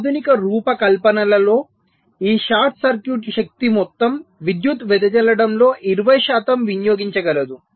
ఆధునిక రూపకల్పనలలో ఈ షార్ట్ సర్క్యూట్ శక్తి మొత్తం విద్యుత్తు వెదజల్లడంలో 20 శాతం వినియోగించగలదు